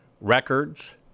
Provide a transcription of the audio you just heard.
records